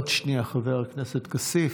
אדוני היושב-ראש, עוד שנייה, חבר הכנסת כסיף.